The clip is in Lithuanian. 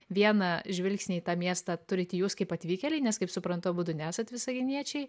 vieną žvilgsnį į tą miestą turite jūs kaip atvykėliai nes kaip suprantu abudu nesat visaginiečiai